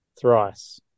thrice